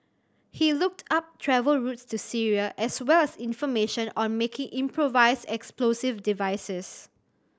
he looked up travel routes to Syria as well as information on making improvised explosive devices